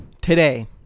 today